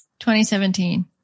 2017